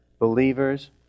believers